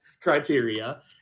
criteria